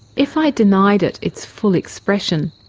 if i denied it its full expression,